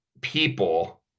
people